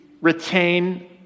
retain